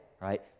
right